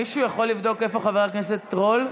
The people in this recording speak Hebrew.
מישהו יכול לבדוק איפה חבר הכנסת רול?